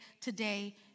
today